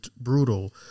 brutal